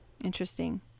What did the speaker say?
interesting